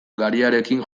gariarekin